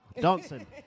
Dancing